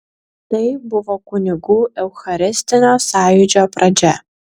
tai buvo kunigų eucharistinio sąjūdžio pradžia